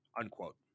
unquote